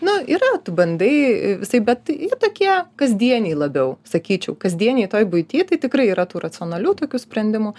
nu yra tu bandai visaip bet jie tokie kasdieniai labiau sakyčiau kasdienėj toj buity tai tikrai yra tų racionalių tokių sprendimų